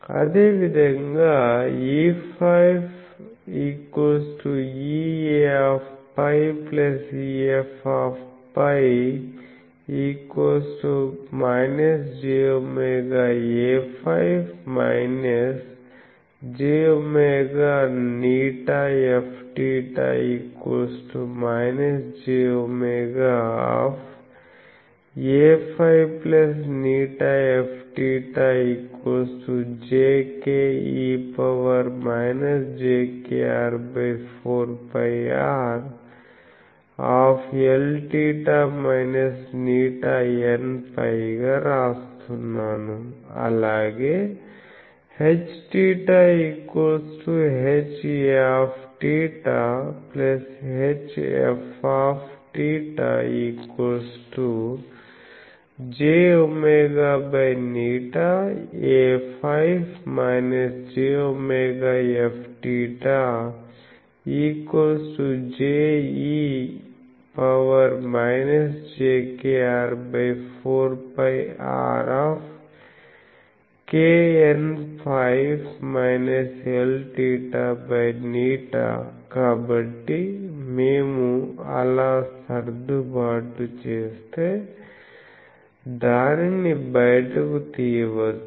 అదేవిధంగా Eφ≃ φ φ jwAφ jwηFθ jwAφηFθjke jkr4πrLθ ηNφ గా రాస్తున్నాను అలాగే Hθ θ θ jwη Aφ jwFθ je jkr4πrkNφ kLθη కాబట్టి మేము అలా సర్దుబాటు చేస్తే దానిని బయటకు తీయవచ్చు